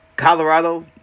Colorado